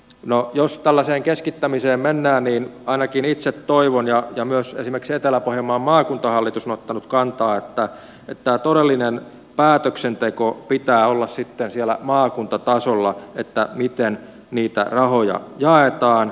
no jos tällaiseen keskittämiseen mennään niin ainakin itse toivon ja myös esimerkiksi etelä pohjanmaan maakuntahallitus on ottanut kantaa että tämän todellisen päätöksenteon pitää olla sitten siellä maakuntatasolla miten niitä rahoja jaetaan